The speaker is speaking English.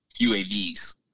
UAVs